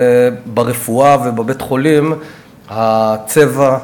ברפואה ובבית-החולים הצבע,